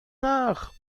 nach